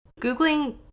Googling